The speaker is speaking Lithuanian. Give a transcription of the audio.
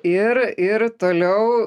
ir ir toliau